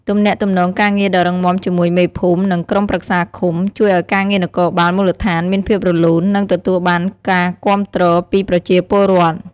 ទំនាក់ទំនងការងារដ៏រឹងមាំជាមួយមេភូមិ និងក្រុមប្រឹក្សាឃុំ ជួយឱ្យការងារនគរបាលមូលដ្ឋានមានភាពរលូន និងទទួលបានការគាំទ្រពីប្រជាពលរដ្ឋ។